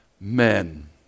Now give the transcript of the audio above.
men